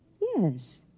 Yes